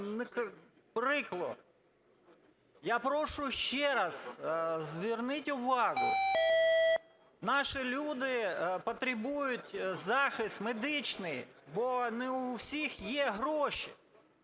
прикро. Я прошу ще раз, зверніть увагу, наші люди потребують захист медичний, бо не в усіх є гроші.